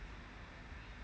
mm